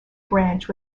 branch